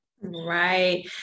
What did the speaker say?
Right